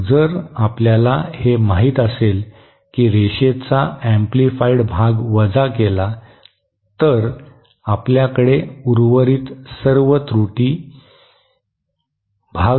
मग जर आपल्याला हे माहित असेल की रेषेचा एम्प्लिफाइड भाग वजा केला तर आपल्याकडे उर्वरित सर्व त्रुटी भाग राहील